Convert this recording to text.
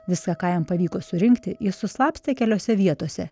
visa ką jam pavyko surinkti jis suslapstė keliose vietose